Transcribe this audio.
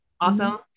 awesome